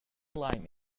slime